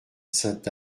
saint